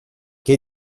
che